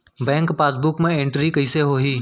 Bank passbook मा entry कइसे होही?